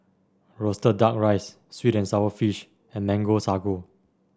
roasted duck rice sweet and sour fish and Mango Sago